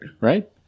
right